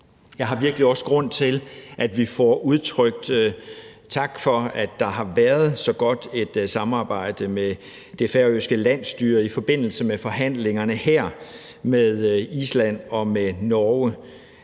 Der er virkelig også grund til, at vi får udtrykt en tak for, at der har været så godt et samarbejde med det færøske landsstyre i forbindelse med forhandlingerne her med Island og med Norge,